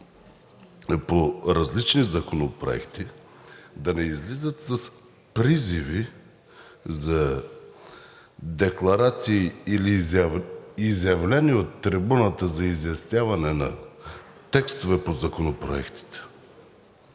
по различни законопроекти, да не излизат с призиви за декларации или изявления от трибуната за изясняване на текстове по законопроектите.